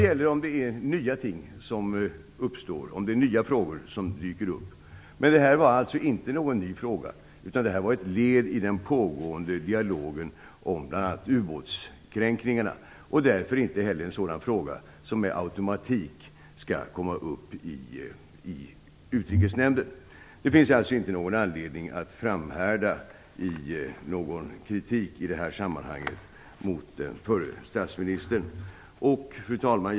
Så är fallet om nya frågor dyker upp, men det här var alltså inte någon ny fråga, utan detta var ett led i den pågående dialogen om bl.a. ubåtskränkningarna och därför inte en fråga som med automatik skall komma upp i Utrikesnämnden. Det finns alltså inte någon anledning att i det här sammanhanget framhärda i någon kritik mot den förre statsministern. Fru talman!